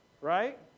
Right